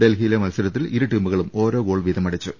ഡൽഹിയിലെ മത്സരത്തിൽ ഇരു ടീമുകളും ഓരോ ഗോൾ വീതമടിച്ചു